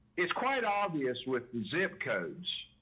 it's quite obvious with zip codes.